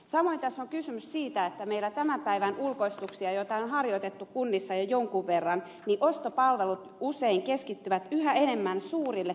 samoin tässä on kysymys siitä että tämän päivän ulkoistukset joita on harjoitettu kunnissa jo jonkun verran niin ostopalvelut usein keskittyvät yhä enemmän suurille toimijoille